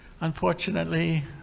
unfortunately